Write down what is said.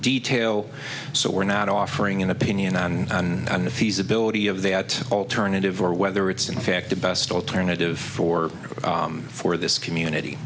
detail so we're not offering an opinion on the feasibility of that alternative or whether it's in fact the best alternative for for this community